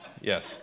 Yes